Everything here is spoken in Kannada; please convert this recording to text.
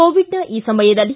ಕೋವಿಡ್ನ ಸಮಯದಲ್ಲಿ